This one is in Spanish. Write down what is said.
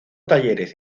talleres